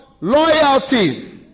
loyalty